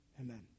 Amen